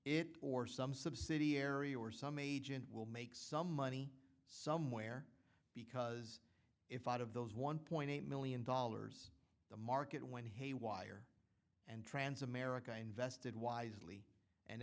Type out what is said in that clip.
it or some subsidiary or some agent will make some money somewhere because if i have those one point eight million dollars the market when haywire and trans america invested wisely and